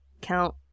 Count